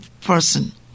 person